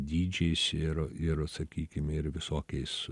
dydžiais ir ir sakykime ir visokiais